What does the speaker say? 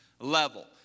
Level